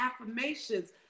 affirmations